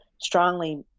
strongly